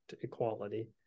equality